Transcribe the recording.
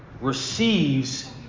receives